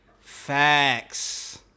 Facts